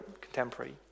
contemporary